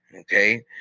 Okay